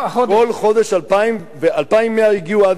כל חודש 2,000. 2,100 הגיעו עד אתמול,